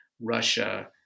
Russia